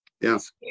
Yes